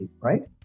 right